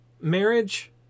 Marriage